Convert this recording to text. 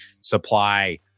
supply